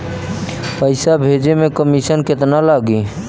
पैसा भेजे में कमिशन केतना लागि?